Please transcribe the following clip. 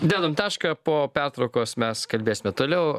dedam tašką po pertraukos mes kalbėsime toliau